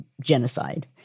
genocide